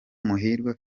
muhirwa